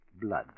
blood